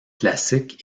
classique